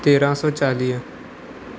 तेरहं सौ चालीह